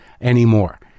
anymore